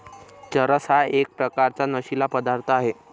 चरस हा एक प्रकारचा नशीला पदार्थ आहे